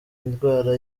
ndwara